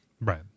Right